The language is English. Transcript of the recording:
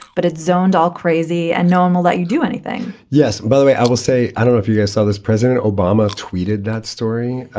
but it's zoned all crazy and normal that you do anything yes. by the way, i will say, i don't know if you guess others. president obama tweeted that story,